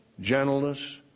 gentleness